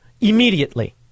immediately